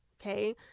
okay